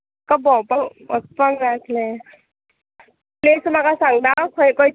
म्हाका भोवपाक वचपाक जाय आसलें प्लॅस म्हाका सांगता खंय खंय तें